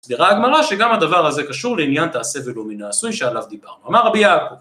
נפתרה הגמרא שגם הדבר הזה קשור לעניין תעשה ולא מן העשוי שעליו דיברנו אמר רבי יעקב